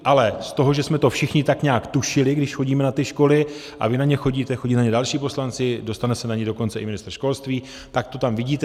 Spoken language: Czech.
Ale z toho, že jsme to všichni tak nějak tušili, když chodíme na ty školy a vy na ně chodíte, chodí na ně další poslanci, dostane se na ně dokonce i ministr školství, tak to tam vidíte.